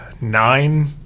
nine